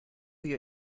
you